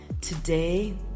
Today